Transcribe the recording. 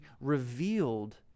revealed